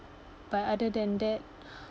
but other than that